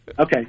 Okay